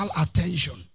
attention